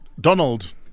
Donald